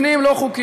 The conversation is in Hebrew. פעם ראשונה.